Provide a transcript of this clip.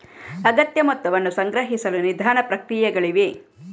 ಅಗತ್ಯ ಮೊತ್ತವನ್ನು ಸಂಗ್ರಹಿಸಲು ನಿಧಾನ ಪ್ರಕ್ರಿಯೆಗಳಿವೆ